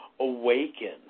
Awaken